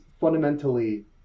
fundamentally